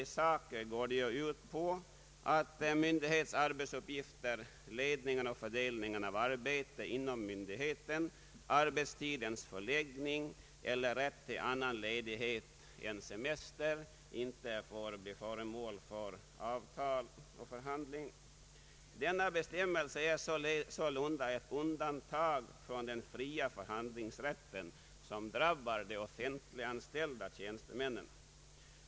I sak går de ut på att myndighets arbetsuppgifter, ledningen och fördelningen av arbetet inom myndigheten, arbetstidens förläggning eller rätt till annan ledighet än semester inte får bli föremål för avtal och förhandling, Denna bestämmelse innebär sålunda ett undantag från den fria förhandlingsrätten, vilket drabbar de offentliga tjänstemännen.